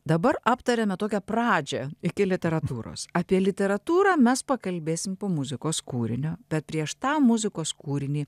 dabar aptariame tokią pradžią iki literatūros apie literatūrą mes pakalbėsim po muzikos kūrinio bet prieš tą muzikos kūrinį